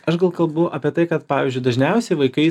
aš kalbu apie tai kad pavyzdžiui dažniausiai vaikai